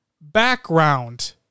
background